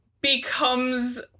becomes